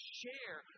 share